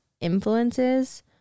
influences